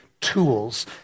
tools